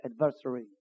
adversary